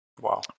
Wow